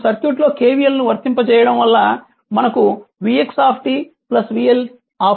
ఇప్పుడు సర్క్యూట్లో KVL ను వర్తింపజేయడం వల్ల మనకు vx vL 0 వస్తుంది